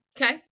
Okay